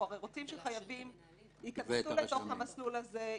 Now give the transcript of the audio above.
הרי רוצים שחייבים ייכנסו למסלול הזה,